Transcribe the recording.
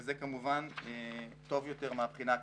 וזה כמובן טוב יותר מהבחינה הכלכלית.